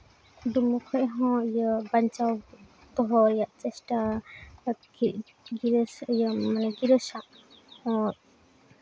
ᱰᱩᱵᱟᱹ ᱠᱷᱚᱡ ᱦᱚᱸ ᱤᱭᱟᱹ ᱵᱟᱧᱪᱟᱣ ᱫᱚᱦᱚ ᱨᱮᱭᱟᱜ ᱪᱮᱥᱴᱟ ᱟᱨᱠᱤ ᱜᱤᱨᱟᱹᱥ ᱤᱭᱟᱹ ᱢᱟᱱᱮ ᱜᱤᱨᱟᱹᱥᱟᱜ